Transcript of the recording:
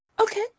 okay